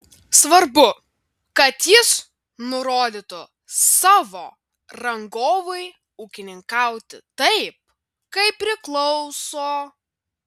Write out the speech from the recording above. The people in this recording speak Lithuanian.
svarbu kad jis nurodytų savo rangovui ūkininkauti taip kaip priklauso